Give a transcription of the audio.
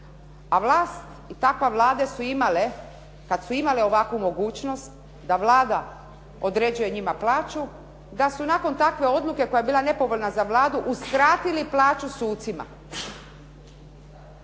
A vlast i takve Vlade su imale, kada su imale ovakvu mogućnost da Vlada određuje njima plaću, da su nakon takve odluke koja je bila nepovoljna za Vladu uskratili plaću sucima.